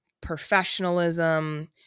professionalism